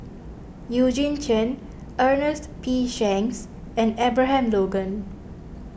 Eugene Chen Ernest P Shanks and Abraham Logan